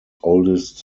oldest